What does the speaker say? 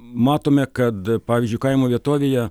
matome kad pavyzdžiui kaimo vietovėje